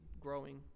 growing